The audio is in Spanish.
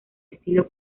estilo